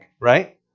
right